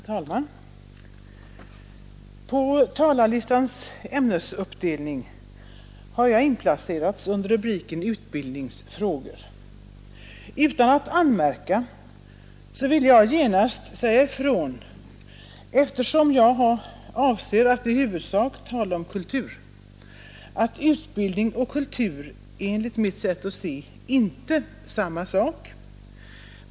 Fru talman! På talarlistans ämnesuppdelning har jag inplacerats under rubriken utbildningsfrågor. Utan att anmärka vill jag genast säga ifrån, eftersom jag avser att i huvudsak tala om kultur, att utbildning och kultur enligt mitt sätt att se inte är samma sak.